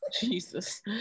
Jesus